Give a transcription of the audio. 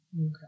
Okay